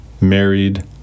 married